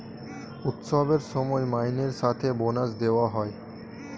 উৎসবের সময় মাইনের সাথে বোনাস দেওয়া হয়